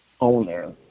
owner